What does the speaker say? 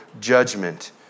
judgment